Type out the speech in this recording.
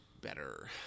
better